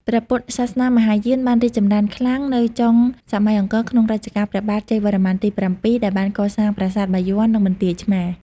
ព្រះពុទ្ធសាសនាមហាយានបានរីកចម្រើនខ្លាំងនៅចុងសម័យអង្គរ ក្នុងរជ្ជកាលព្រះបាទជ័យវរ្ម័នទី៧ ដែលបានកសាងប្រាសាទបាយ័ន និងបន្ទាយឆ្មារ។